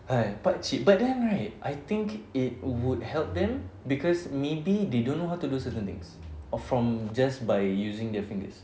ah pakcik but then right I think it would help them because maybe they don't know how to do certain things of from just by using their fingers